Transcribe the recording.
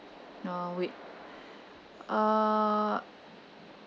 uh wait uh